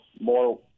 more